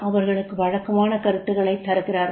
அவர்களுக்கு வழக்கமான கருத்துக்களைத் தருகிறார்கள்